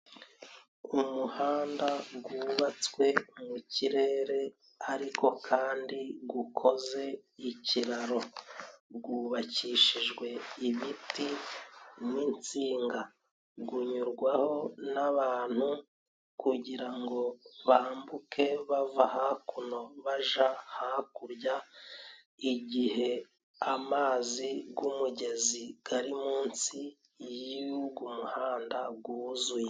Umuhanda wubatswe mu kirere ariko kandi ukoze ikiraro. Wubakishijwe ibiti n'insinga, unyurwaho n'abantu kugira ngo bambuke bava hakuno bajya hakurya, igihe amazi y'umugezi ari munsi y'uy'umuhanda wuzuye.